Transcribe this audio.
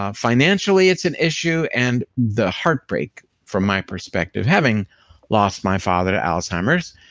ah financially, it's an issue and the heartbreak from my perspective. having lost my father to alzheimer's